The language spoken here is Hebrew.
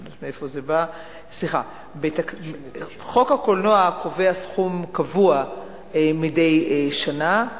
סליחה, חוק הקולנוע קובע סכום קבוע מדי שנה,